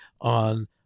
on